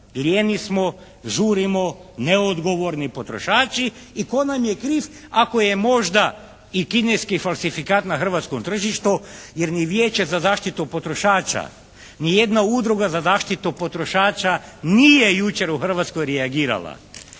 lijeni smo, žuri smo, neodgovorni potrošači i tko nam je kriv ako je možda i kineski falsifikat na hrvatskom tržištu jer ni Vijeće za zaštitu potrošača, nijedna udruga za zaštitu potrošača nije jučer u Hrvatskoj reagirala.